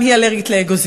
גם היא אלרגית לאגוזים,